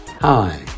Hi